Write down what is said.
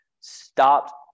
stopped